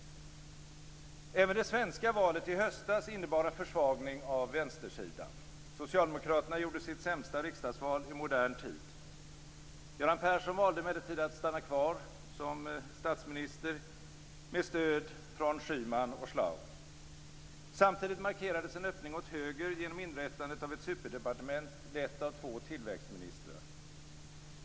Även det svenska valet i höstas innebar en försvagning av vänstersidan. Socialdemokraterna gjorde sitt sämsta riksdagsval i modern tid. Göran Persson valde emellertid att stanna kvar som statsminister med stöd från Schyman och Schlaug. Samtidigt markerades en öppning åt höger genom inrättandet av ett superdepartement, lett av två tillväxtministrar.